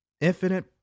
Infinite